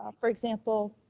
for example,